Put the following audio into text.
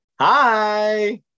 Hi